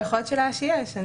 יכול להיות שיש לו.